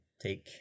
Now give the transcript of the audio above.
take